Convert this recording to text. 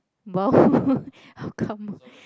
!wow! how come